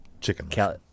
chicken